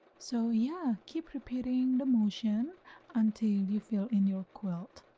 so yeah keep repeating the motion until you fill in your quilt